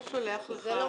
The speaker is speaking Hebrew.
חודשיים.